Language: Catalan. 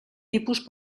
tipus